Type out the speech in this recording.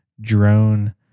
drone